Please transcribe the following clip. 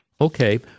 Okay